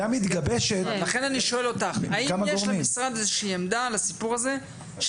--- האם יש למשרד איזושהי עמדה בנושא של